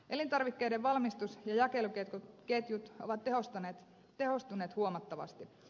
elintarvikkeiden valmistus ja jakeluketjut ovat tehostuneet huomattavasti